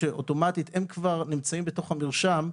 שאוטומטית הם כבר נמצאים בתוך המרשם,